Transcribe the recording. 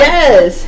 Yes